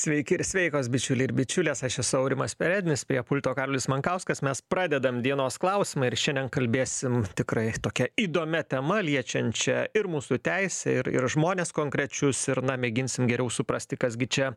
sveiki ir sveikos bičiuliai ir bičiulės aš esu aurimas perednis prie pulto karolis mankauskas mes pradedam dienos klausimą ir šiandien kalbėsim tikrai tokia įdomia tema liečiančia ir mūsų teisę ir ir žmones konkrečius ir na mėginsim geriau suprasti kas gi čia